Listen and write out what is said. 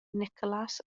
nicolas